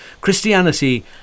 Christianity